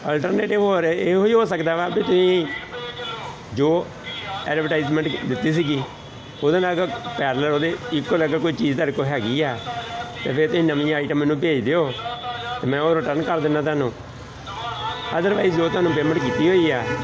alternative ਹੋ ਰਿਹਾ ਇਹੋ ਹੀ ਹੋ ਸਕਦਾ ਵਾ ਵੀ ਤੁਸੀਂ ਜੋ ਐਡਵਰਟਾਈਜਮੈਂਟ ਦਿੱਤੀ ਸੀਗੀ ਉਹਦੇ ਨਾਲ ਅਗਰ ਪੈਰਲਲ ਉਹਦੇ ਇਕੁਅਲ ਅਗਰ ਕੋਈ ਚੀਜ਼ ਤੁਹਾਡੇ ਕੋਲ ਹੈਗੀ ਆ ਤਾਂ ਫੇਰ ਤੁਸੀਂ ਨਵੀਂ ਆਈਟਮ ਮੈਨੂੰ ਭੇਜ ਦਿਓ ਅਤੇ ਮੈਂ ਉਹ ਰਿਟਰਨ ਕਰ ਦਿੰਦਾ ਤੁਹਾਨੂੰ ਅਦਰਵਾਈਜ਼ ਜੋ ਤੁਹਾਨੂੰ ਪੇਮੈਂਟ ਕੀਤੀ ਹੋਈ ਆ